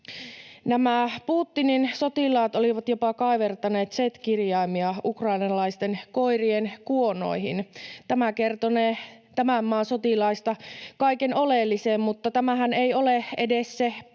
Nämä Putinin sotilaat olivat jopa kaivertaneet Z-kirjaimia ukrainalaisten koirien kuonoihin. Tämä kertonee maan sotilaista kaiken oleellisen, mutta tämähän ei ole edes pahinta,